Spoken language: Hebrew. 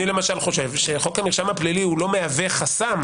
אני למשל חושב שחוק המרשם הפלילי לא מהווה חסם